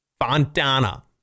fontana